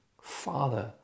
father